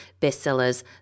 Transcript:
bestsellers